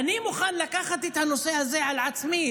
אני מוכן לקחת את הנושא הזה על עצמי.